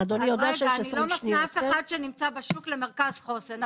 אני לא מפנה אף אחד שנמצא בשוק למרכז חוסן,